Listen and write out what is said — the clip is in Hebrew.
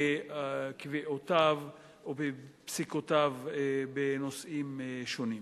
וכקריטריון חשוב בקביעותיו ובפסיקותיו בנושאים שונים.